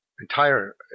entire